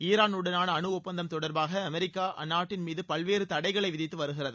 ஈராலுடனான அணு ஆப்பந்தம் தொடர்பாக அமெரிக்கா அந்நாட்டின் மீது பல்வேறு தடைகளை விதித்து வருகிறது